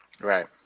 Right